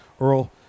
Earl